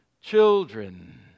children